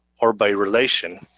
or by relation.